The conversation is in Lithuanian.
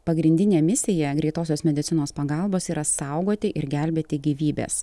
pagrindinė misija greitosios medicinos pagalbos yra saugoti ir gelbėti gyvybes